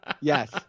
Yes